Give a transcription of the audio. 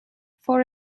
for